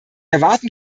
erwarten